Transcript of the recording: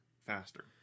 faster